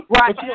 Right